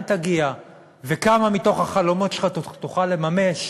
תגיע וכמה מתוך החלומות שלך תוכל לממש